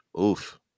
Oof